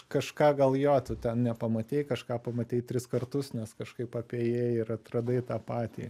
kažką gal jo tu ten nepamatei kažką pamatei tris kartus nes kažkaip apėjai ir atradai tą patį